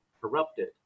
corrupted